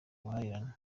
ubuhahirane